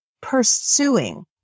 pursuing